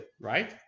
right